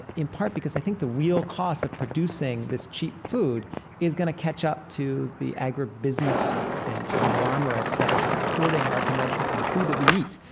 in part, because i think the real cost of producing this cheap food is going to catch up to the agribusiness and conglomerates that are supporting our conventional, for the food that we eat,